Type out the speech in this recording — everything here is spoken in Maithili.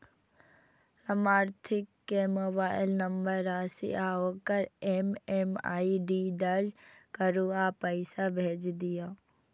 लाभार्थी के मोबाइल नंबर, राशि आ ओकर एम.एम.आई.डी दर्ज करू आ पैसा भेज दियौ